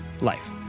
life